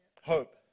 hope